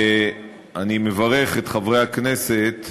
לכדי חוק, ואני מברך את חברי הכנסת,